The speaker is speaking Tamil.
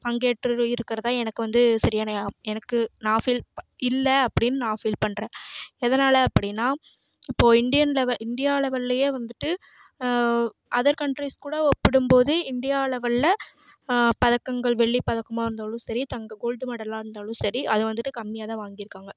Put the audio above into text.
பங்கேற்று இருக்ககிறதா எனக்கு வந்து சரியான எனக்கு நான் ஃபீல் ப இல்லை அப்படினு நான் ஃபீல் பண்ணுறேன் எதனால் அப்படினா இப்போது இண்டியன் லெவல் இண்டியா லெவல்லையே வந்துட்டு அதர் கண்ரிஸ் கூட ஒப்பிடும் போது இண்டியா லெவலில் பதக்கங்கள் வெள்ளி பதக்கமாக இருந்தாலும் சரி தங்க கோல்டு மெடலாக இருந்தாலும் சரி அதை வந்துட்டு கம்மியாகதான் வாங்கியிருக்காங்க